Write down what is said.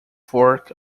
fork